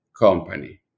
company